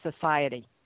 society